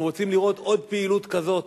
אנחנו רוצים לראות עוד פעילות כזאת